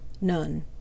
None